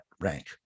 rank